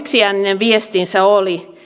yksiääninen viestinsä oli